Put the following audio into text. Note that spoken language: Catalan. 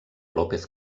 lópez